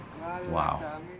Wow